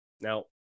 Now